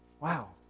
wow